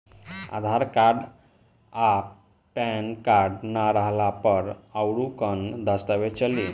आधार card आ PAN card ना रहला पर अउरकवन दस्तावेज चली?